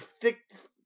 fixed